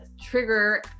trigger